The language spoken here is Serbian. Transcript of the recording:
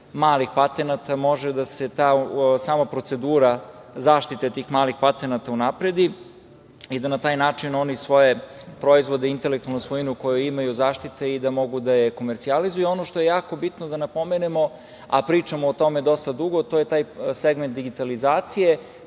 malih patenata može da se ta procedura zaštite tih malih patenata unapredi i da na taj način oni svoje proizvode, intelektualnu svojinu koju imaju zaštite i da mogu da je komercijalizuju. Ono što je jako bitno da napomenemo, a pričamo o tome dosta dugo, to je taj segment digitalizacije,